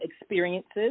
experiences